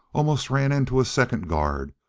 almost ran into a second guard,